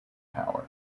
power